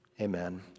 amen